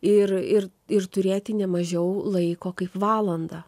ir ir ir turėti ne mažiau laiko kaip valandą